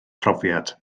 phrofiad